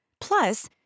Plus